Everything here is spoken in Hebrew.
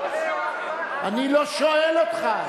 אני לא שואל אותך.